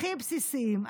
הכי בסיסיים.